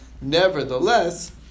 Nevertheless